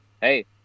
hey